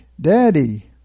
Daddy